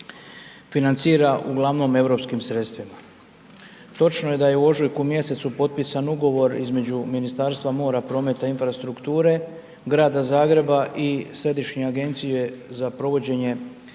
financira ugl. Europskim sredstvima. Točno je da je u ožujku mjesecu potpisan ugovor između Ministarstva mora, prometa i infrastrukture, Grada Zagreba i Središnje agencije za provođenje fondova